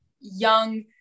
young